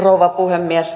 rouva puhemies